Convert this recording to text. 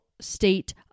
state